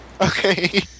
Okay